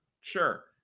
sure